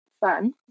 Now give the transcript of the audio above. fun